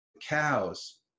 cows